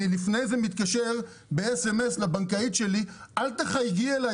לפני זה אני מתקשר ב-SMS לבנקאית שלי: אל תחייגי אלי